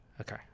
Okay